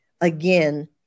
again